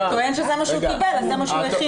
הוא טוען שזה מה שהוא קיבל, אז זה מה שהוא הכין.